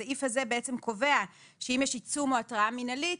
הסעיף הזה קובע שאם יש עיצום או התראה מינהלית,